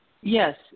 yes